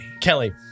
Kelly